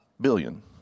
billion